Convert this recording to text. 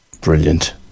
Brilliant